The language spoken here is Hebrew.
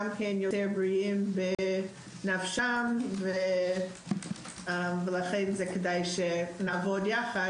גם יותר בריאים בנפשם ולכן כדאי שנעבוד יחד.